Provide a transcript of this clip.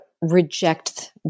reject